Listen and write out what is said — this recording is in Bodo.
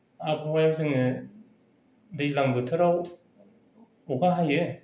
आबहावायाव जोङो दैज्लां बोथोराव अखा हायो